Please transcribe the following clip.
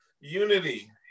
unity